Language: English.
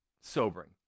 sobering